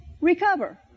recover